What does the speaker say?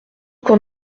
quand